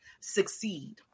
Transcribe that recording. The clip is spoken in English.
succeed